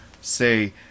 say